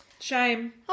Shame